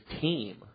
team